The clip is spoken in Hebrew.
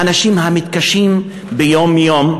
האנשים המתקשים ביום-יום,